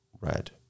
red